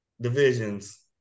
divisions